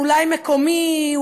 אולי מקומי,